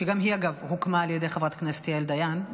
גם היא אגב הוקמה על ידי חברת הכנסת יעל דיין,